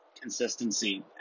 consistency